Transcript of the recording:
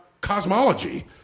Cosmology